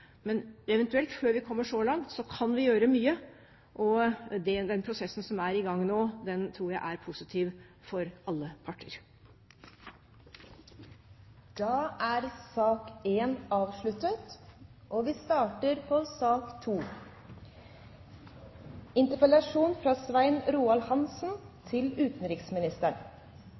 Men før vi eventuelt kommer så langt, kan vi gjøre mye. Og den prosessen som er i gang nå, tror jeg er positiv for alle parter. Sak nr. 1 er dermed avsluttet. Presidenten vet at utenriksministeren har kommet til huset, men presidenten vil be om en kort pause til utenriksministeren